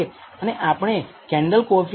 અને આપણે Kendall coefficient ની ગણતરી કરી શકીએ